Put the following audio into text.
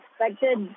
expected